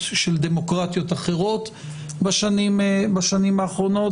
של דמוקרטיות אחרות בשנים האחרונות,